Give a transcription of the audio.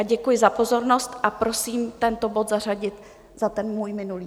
Já děkuji za pozornost a prosím tento bod zařadit za ten můj minulý.